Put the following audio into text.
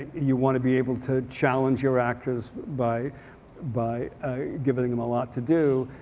you want to be able to challenge your actors by by giving them a lot to do.